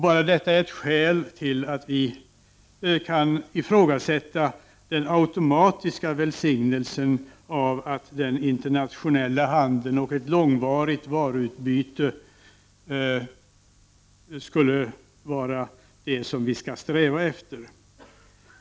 Bara det är ett skäl till att vi kan ifrågasätta den automatiska välsignelsen av den internationella handeln — och att ett långväga varuutbyte är det som vi skall sträva efter.